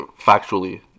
factually